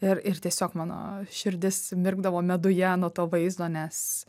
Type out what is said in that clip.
ir ir tiesiog mano širdis mirkdavo meduje nuo to vaizdo nes